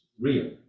real